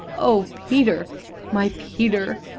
oh, peter my peter!